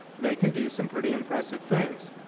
they can do some pretty impressive things,